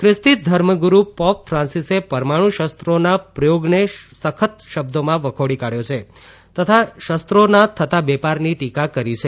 ખ્રીસ્તી ધર્મગુરૃ પોપ ફાંન્સીસે પરમાણુ શસ્ત્રોના પ્રથોગને સખત શબ્દોમાં વખોડી કાઢથો છે તથા શસ્ત્રોના થતા વેપારની ટીકા કરી છે